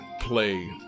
play